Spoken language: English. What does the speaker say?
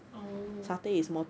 oh